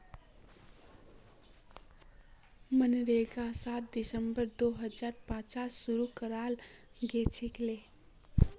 मनरेगा सात दिसंबर दो हजार पांचत शूरू कराल गेलछिले